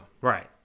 Right